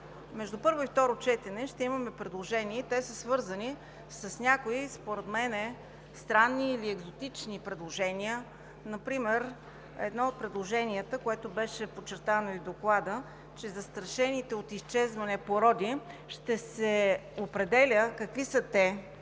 между първо и второ четене ще имаме предложения и те са свързани с някои според мен странни или екзотични предложения. Например едно от предложенията, което беше подчертано и в Доклада, че за застрашените от изчезване породи ще се определя какви са те,